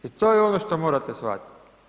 I to je ono što morate shvatiti.